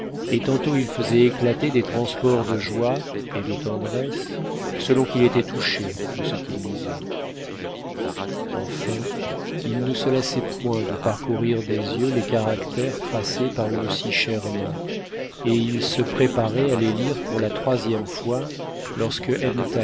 et tantôt il faisait éclater des transports de joie et de tendresse selon qu'il était touché de ce qu'il lisait enfin il ne se lassait point de parcourir des yeux les caractères tracés par une si chère main et il se préparait à les lire pour la troisième fois lorsque